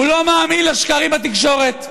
הוא לא מאמין לשקרים בתקשורת.